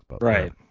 Right